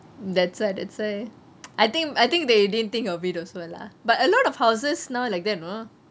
that's why that's why I think I think they didn't think of it also lah but a lot of houses now like that you know